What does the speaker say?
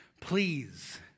Please